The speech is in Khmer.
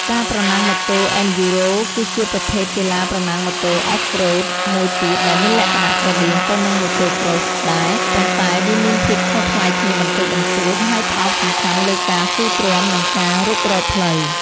ការប្រណាំងម៉ូតូ អេនឌ្យូរ៉ូ (Enduro) គឺជាប្រភេទកីឡាប្រណាំងម៉ូតូ Off-road មួយទៀតដែលមានលក្ខណៈស្រដៀងទៅនឹង Motocross ដែរ ប៉ុន្តែវាមានភាពខុសប្លែកគ្នាបន្តិចបន្តួច ហើយផ្តោតសំខាន់លើការស៊ូទ្រាំ និងការរុករកផ្លូវ។